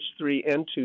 H3N2